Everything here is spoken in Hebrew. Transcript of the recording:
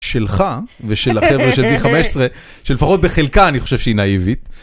שלך ושל החבר'ה של בי 15, שלפחות בחלקה אני חושב שהיא נאיבית.